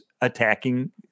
attacking